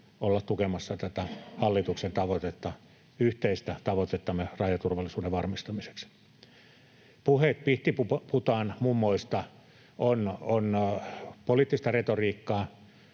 olla tukemassa tätä hallituksen tavoitetta, yhteistä tavoitettamme rajaturvallisuuden varmistamiseksi. Puheet pihtiputaanmummoista ovat poliittista retoriikkaa.